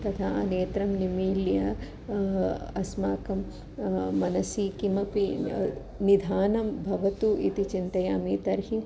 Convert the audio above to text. तथा नेत्रं निमिल्य अस्माकं मनसि किमपि निधानं भवतु इति चिन्तयामि तर्हि